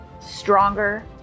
stronger